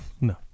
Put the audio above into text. No